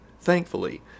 thankfully